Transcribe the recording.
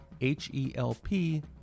H-E-L-P